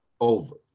over